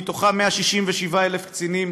167,000 קצינים